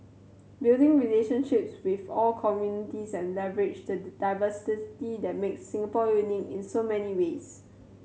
build relationships with all communities and leverage the diversity that makes Singapore unique in so many ways